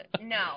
No